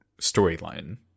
storyline